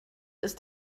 ist